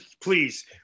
Please